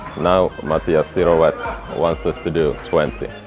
now matija sirovec wants us to do twenty.